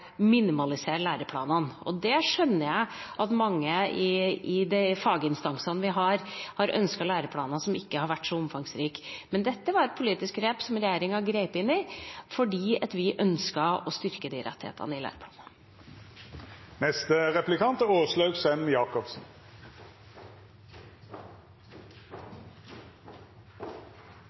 minimalisere læreplanene. Jeg skjønner at mange av faginstansene vi har, ønsket læreplaner som ikke var så omfangsrike. Men dette var et politisk grep som regjeringa tok fordi vi ønsket å styrke de rettighetene i